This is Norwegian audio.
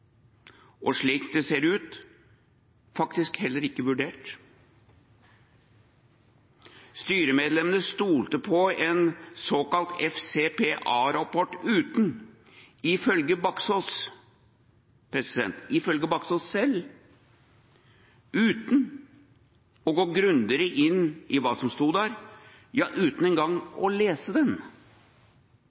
og, slik det ser ut, faktisk heller ikke vurdert. Styremedlemmene stolte på en såkalt FCPA-rapport uten, ifølge Baksaas selv, å gå grundigere inn i hva som sto der, ja uten engang å lese den.